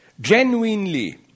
genuinely